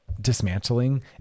dismantling